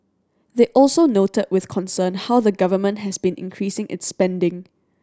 they also noted with concern how the Government has been increasing its spending